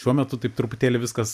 šiuo metu taip truputėlį viskas